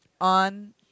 on